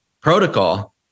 protocol